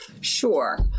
Sure